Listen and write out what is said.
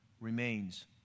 remains